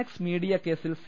X media കേസിൽ C